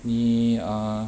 你 uh